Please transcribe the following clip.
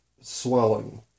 Swelling